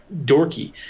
dorky